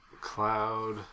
Cloud